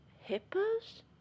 Hippos